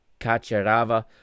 Kacharava